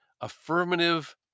affirmative